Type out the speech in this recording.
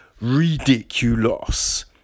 ridiculous